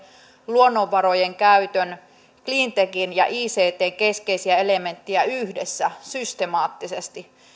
luonnonvarojen käytön cleantechin ja ictn keskeisiä elementtejä yhdessä systemaattisesti